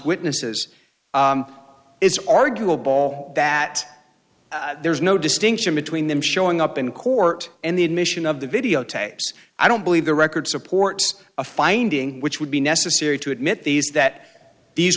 witnesses is arguable that there's no distinction between them showing up in court and the one of the videotapes i don't believe the record supports a finding which would be necessary to admit these that these